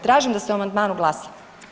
Tražim da se o amandmanu glasa.